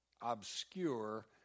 obscure